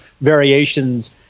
variations